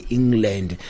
England